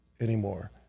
anymore